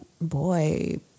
boy